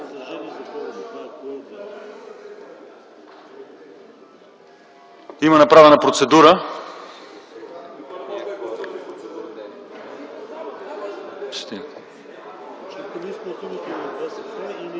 Има направена процедура.